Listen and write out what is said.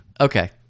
okay